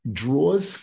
draws